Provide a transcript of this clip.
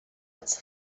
its